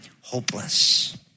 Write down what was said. hopeless